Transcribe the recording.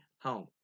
home